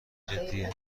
جدیه